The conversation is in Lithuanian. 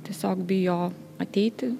tiesiog bijo ateiti